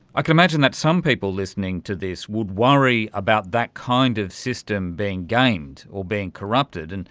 i can imagine that some people listening to this would worry about that kind of system being gamed or being corrupted, and